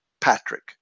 Patrick